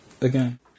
again